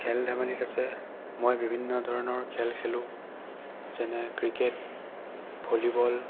খেল ধেমালিত আছে মই বিভিন্ন ধৰণৰ খেল খেলোঁ যেনে ক্ৰিকেট ভলিবল